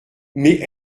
mais